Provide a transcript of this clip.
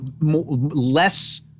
less